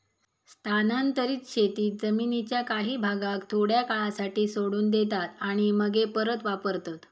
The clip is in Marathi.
स्थानांतरीत शेतीत जमीनीच्या काही भागाक थोड्या काळासाठी सोडून देतात आणि मगे परत वापरतत